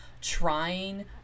trying